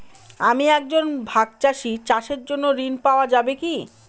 আমি একজন ভাগ চাষি চাষের জন্য ঋণ পাওয়া যাবে কি?